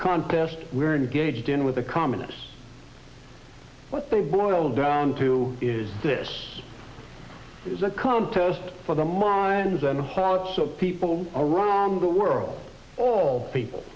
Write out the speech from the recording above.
contest we are engaged in with the communists what they boil down to is this is a contest for the minds and hearts of people around the world all people